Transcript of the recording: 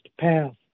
path